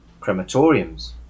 crematoriums